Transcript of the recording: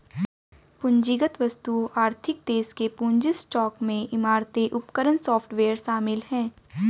पूंजीगत वस्तुओं आर्थिक देश के पूंजी स्टॉक में इमारतें उपकरण सॉफ्टवेयर शामिल हैं